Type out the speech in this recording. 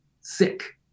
sick